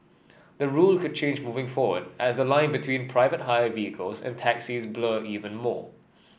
the rule could change moving forward as the line between private hire vehicles and taxis blur even more